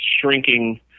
shrinking